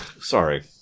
Sorry